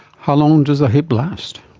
how long does a hip last?